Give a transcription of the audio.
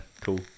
Cool